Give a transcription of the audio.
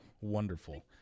wonderful